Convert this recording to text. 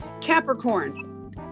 capricorn